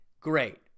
Great